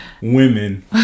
Women